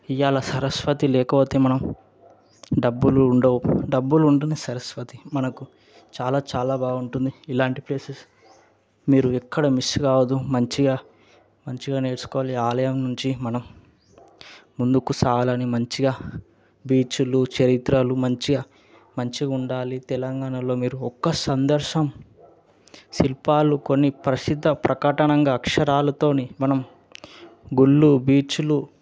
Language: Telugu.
ఇవాల సరస్వతి లేకపోతే మనం డబ్బులు ఉండవు డబ్బులు ఉంటేనే సరస్వతి మనకు చాలా చాలా బాగుంటుంది ఇలాంటి ఫేసెస్ మీరు ఎక్కడ మిస్ కావద్దు మంచిగా మంచిగా నేర్చుకోవాలి ఆలయం నుంచి మనం ముందుకు సాగాలని మంచిగా బీచ్లు చరిత్రలు మంచిగా మంచిగా ఉండాలి తెలంగాణలో మీరు ఒక్క సందర్శం శిల్పాలు కొన్ని ప్రసిద్ధ ప్రకటనగా అక్షరాలతో మనం గుళ్ళు బీచ్లు